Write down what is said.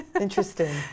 Interesting